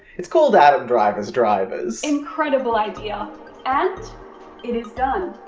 it's called adam driver's drivers. incredible idea and it is done.